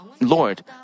Lord